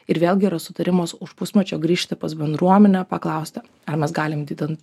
ir vėlgi yra sutarimas už pusmečio grįžti pas bendruomenę paklausta ar mes galim didinti